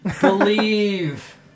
Believe